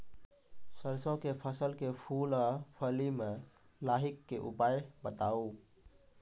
सरसों के फसल के फूल आ फली मे लाहीक के उपाय बताऊ?